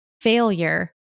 failure